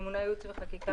ממונה ייעוץ וחקיקה,